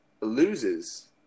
loses